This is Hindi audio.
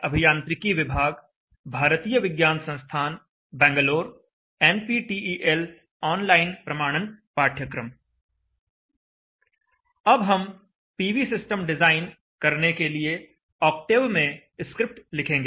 अब हम पीवी सिस्टम डिज़ाइन करने के लिए ऑक्टेव में स्क्रिप्ट लिखेंगे